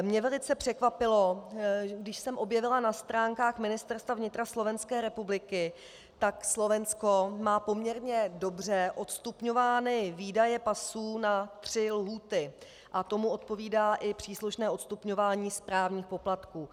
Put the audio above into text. Mě velice překvapilo, když jsem objevila na stránkách Ministerstva vnitra Slovenské republiky Slovensko má poměrně dobře odstupňovány výdaje pasů na tři lhůty a tomu odpovídá i příslušné odstupňování správních poplatků.